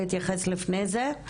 להתייחס לפני זה?